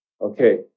Okay